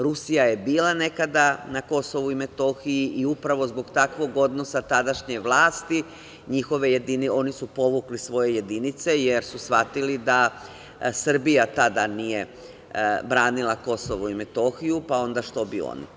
Rusija je bila nekada na KiM i upravo zbog takvog odnosa tadašnje vlasti oni su povukli svoje jedinice, jer su shvatili da Srbija tada nije branila KiM, pa onda što bi oni.